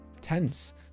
tense